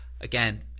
Again